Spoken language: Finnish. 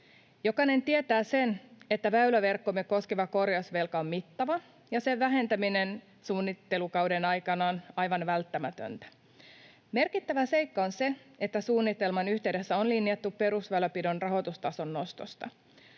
Jokainen tietää sen, että väyläverkkoamme koskeva korjausvelka on mittava ja sen vähentäminen suunnittelukauden aikana on aivan välttämätöntä. Merkittävä seikka on se, että suunnitelman yhteydessä on linjattu perusväylänpidon rahoitustason nostosta.